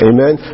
Amen